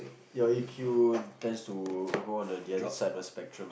you E_Q tends to go on the other side of the spectrum